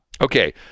Okay